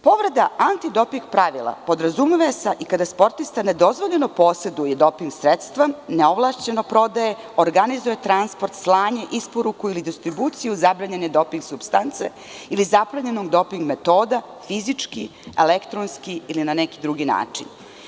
Povreda antidoping pravila podrazumeva se i kada sportista nedozvoljeno poseduje doping sredstva, neovlašćeno prodaje, organizujetransport, slanje, isporuku ili distribuciju zabranjene doping supstance ili zapremine doping metoda, fizički ili elektronski ili na neki drugi način.